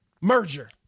merger